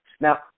Now